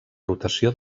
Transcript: rotació